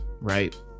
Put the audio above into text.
right